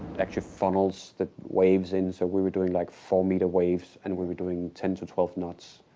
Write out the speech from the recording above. actually funnels the waves in, so we were doing like four-meter waves, and we were doing ten to twelve knots.